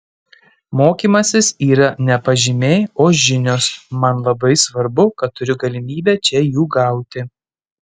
mokymasis yra ne pažymiai o žinios man labai svarbu kad turiu galimybę čia jų gauti